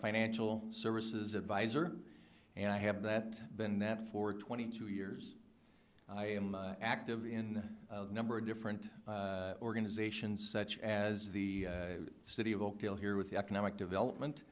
financial services advisor and i have that been that for twenty two years i am active in a number of different organizations such as the city of all kill here with the economic development